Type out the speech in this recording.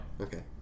Okay